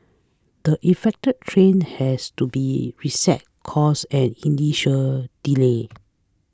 the affect train has to be reset cause an initial delay